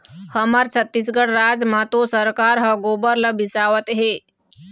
हमर छत्तीसगढ़ राज म तो सरकार ह गोबर ल बिसावत हे